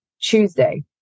Tuesday